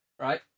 Right